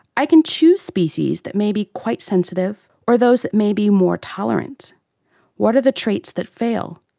i can choose species that may be quite sensitive or those that may be more tolerant what are the traits that fail?